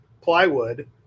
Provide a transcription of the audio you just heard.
plywood